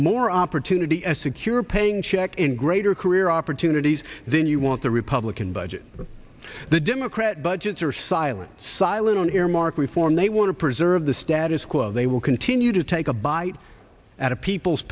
more opportunity a secure paying check and greater career opportunities then you want the republican budget the democrat budgets are silent silent on earmark reform they want to preserve the status quo they will continue to take a bite out of people's